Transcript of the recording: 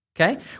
okay